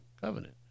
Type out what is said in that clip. covenant